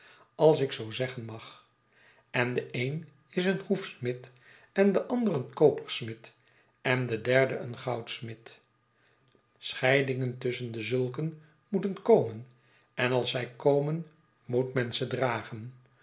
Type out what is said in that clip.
als ik zoo zeggen mag en de een is een hoefsmid en deander een kopersmid en de derde een goudsmid scheidingen tusschen dezulken moeten komen en als zij komen moet men ze dragen